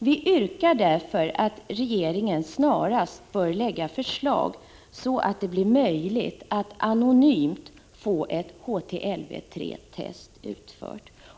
Vi yrkar därför att regeringen snarast lägger fram förslag, så att det blir möjligt att anonymt få HTLV-III-test utfört.